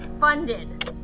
funded